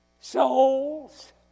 Souls